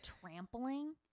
trampling